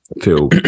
feel